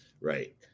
Right